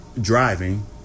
driving